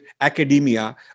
academia